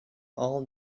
all